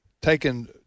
taken